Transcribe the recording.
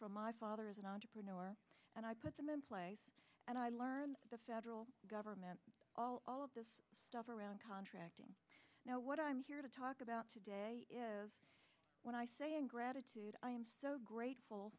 from my father as an entrepreneur and i put them in place and i learned the federal government all of this stuff around contracting now what i'm here to talk about today is when i say in gratitude i am so grateful